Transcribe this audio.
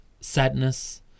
sadness